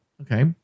okay